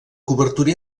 cobertura